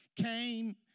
came